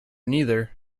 neither